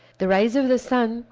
the rays of the sun,